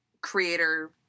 creator